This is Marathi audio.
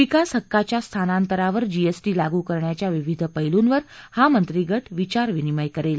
विकास हक्काच्या स्थांनांतरावर जीएसटी लागू करण्याच्या विविध प्लूप्रिर हा मंत्रिगट विचारविनिमय करेल